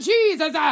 Jesus